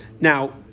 Now